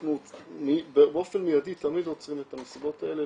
אנחנו באופן מיידי תמיד עוצרים את המסיבות האלה,